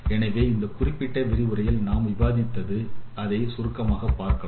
எனவே இந்த குறிப்பிட்ட விரிவுரையில் நாம் விவாதித்து அதை சுருக்கமாக பார்க்கலாம்